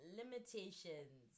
limitations